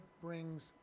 brings